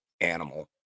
animal